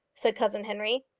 said cousin henry.